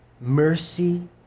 mercy